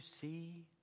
see